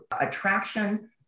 attraction